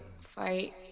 fight